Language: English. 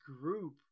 group